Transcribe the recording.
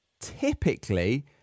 typically